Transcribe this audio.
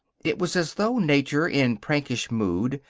it was as though nature, in prankish mood,